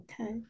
Okay